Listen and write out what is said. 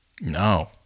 No